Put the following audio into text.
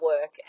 work